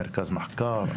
מרכז מחקר,